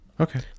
Okay